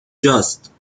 جاست